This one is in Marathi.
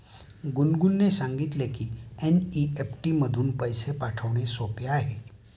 गुनगुनने सांगितले की एन.ई.एफ.टी मधून पैसे पाठवणे सोपे आहे